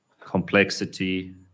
complexity